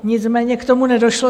Nicméně k tomu nedošlo.